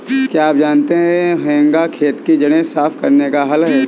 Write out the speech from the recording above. क्या आप जानते है हेंगा खेत की जड़ें साफ़ करने का हल है?